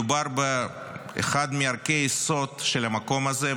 מדובר באחד מערכי היסוד של המקום הזה,